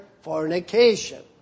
fornication